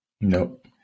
Nope